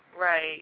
Right